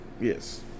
Yes